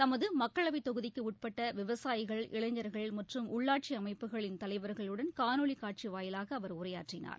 தமது மக்களவைத் தொகுதிக்கு உட்பட்ட விவசாயிகள் இளைஞர்கள் மற்றும் உள்ளாட்சி அமைப்புகளின் தலைவர்களுடன் காணொலி காட்சி வாயிலாக அவர் உரையாற்றினார்